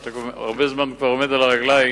אתה כבר הרבה זמן עומד על הרגליים,